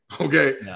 okay